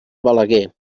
balaguer